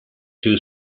two